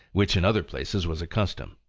which in other places was accustomed